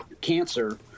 cancer